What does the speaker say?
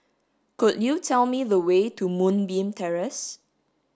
could you tell me the way to Moonbeam Terrace